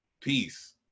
peace